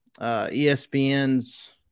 ESPN's